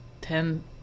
ten